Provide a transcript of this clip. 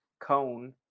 cone